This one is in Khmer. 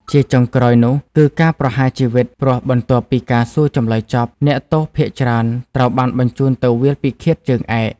ជាចុងក្រោយនោះគឺ ការប្រហារជីវិត ព្រោះបន្ទាប់ពីការសួរចម្លើយចប់ អ្នកទោសភាគច្រើនត្រូវបានបញ្ជូនទៅ វាលពិឃាតជើងឯក។